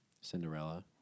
Cinderella